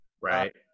Right